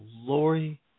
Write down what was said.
Lori